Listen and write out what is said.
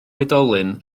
oedolyn